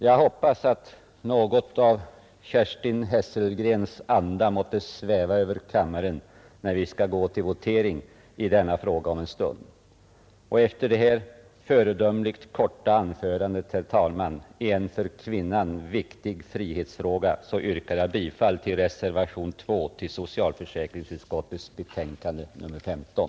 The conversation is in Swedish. Jag hoppas att något av Kerstin Hesselgrens anda måtte sväva över kammaren när vi om en stund skall gå till votering i denna fråga. Efter detta föredömligt korta anförande, herr talman, i en för kvinnan viktig frihetsfråga yrkar jag bifall till reservationen 2 till socialförsäkringsutskottets betänkande nr 15.